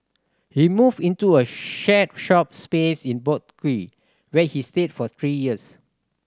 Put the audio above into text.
he moved into a shared shop space in Boat Quay where he stayed for three years